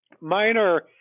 Minor